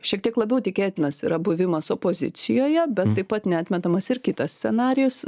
šiek tiek labiau tikėtinas yra buvimas opozicijoje bet taip pat neatmetamas ir kitas scenarijus